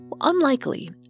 Unlikely